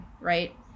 right